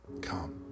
Come